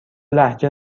لهجه